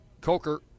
Coker